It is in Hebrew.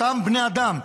אותם בני אדם,